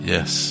Yes